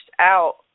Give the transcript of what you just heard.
out